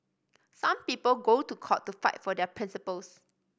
some people go to court to fight for their principles